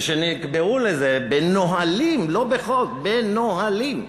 ונקבעו לזה בנהלים, לא בחוק, בנהלים,